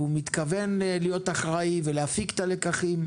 והוא מתכוון להיות אחראי ולהפיק את הלקחים.